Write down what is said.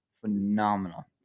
phenomenal